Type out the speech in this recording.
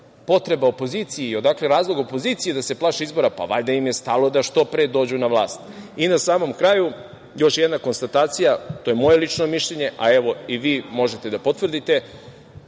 potreba opoziciji i odakle razlog opoziciji da se plaši izbora? Pa, valjda im je stalo da što pre dođu na vlast. Na samom kraju još jedna konstatacija. To je moje lično mišljenje, a evo i vi možete da potvrdite